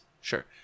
sure